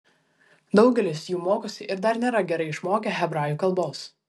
daugelis jų mokosi ir dar nėra gerai išmokę hebrajų kalbos